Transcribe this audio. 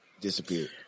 Disappeared